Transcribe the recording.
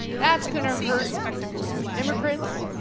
that's going to hurt immigrants,